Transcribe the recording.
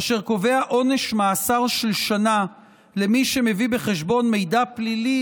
אשר קובע עונש מאסר של שנה למי שמביא בחשבון מידע פלילי,